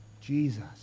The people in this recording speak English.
Jesus